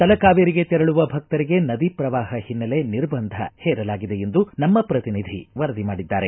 ತಲಕಾವೇರಿಗೆ ತೆರಳುವ ಭಕ್ತರಿಗೆ ನದಿ ಪ್ರವಾಹ ಹಿನ್ನೆಲೆ ನಿರ್ಬಂಧ ಹೇರಲಾಗಿದೆ ಎಂದು ನಮ್ಮ ಪ್ರತಿನಿಧಿ ವರದಿ ಮಾಡಿದ್ದಾರೆ